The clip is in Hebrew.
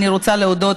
אני רוצה להודות